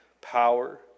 power